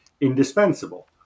indispensable